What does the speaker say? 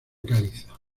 caliza